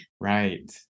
Right